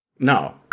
No